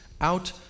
out